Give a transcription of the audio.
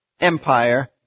Empire